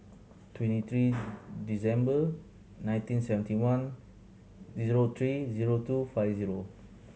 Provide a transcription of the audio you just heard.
twenty three December nineteen seventy one zero three zero two five zero